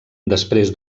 després